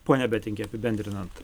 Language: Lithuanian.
pone betingi apibendrinant